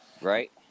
Right